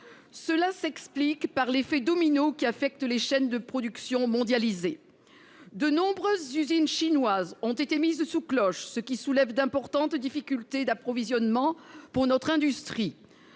Cela s'explique par l'effet domino qui affecte les chaînes de production mondialisées. De nombreuses usines chinoises ont été mises sous cloche, ce qui entraîne d'importantes difficultés d'approvisionnement pour notre industrie.